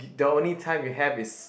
the only time you have is